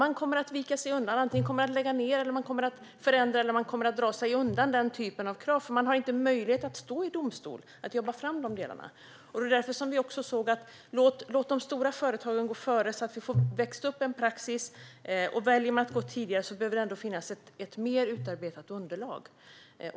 De kommer att vika sig undan - antingen viker de ned sig, förändras eller drar sig undan den typen av krav, för de har inte möjlighet driva dessa ärenden i domstol. Därför menade vi också att vi skulle låta de stora företagen gå före, så att det växer fram en praxis. Väljer man att göra det tidigare behöver det ändå finnas ett mer genomarbetat underlag.